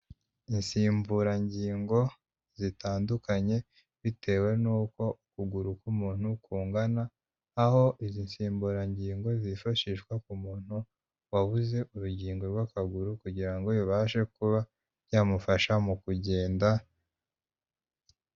Insimburangingo zitandukanye bitewe n'uko ukuguru k'umuntu kungana, aho izi nsimburangingo zifashishwa ku muntu wabuze urugingo rw'akaguru kugira ngo bibashe kuba byamufasha mu kugenda.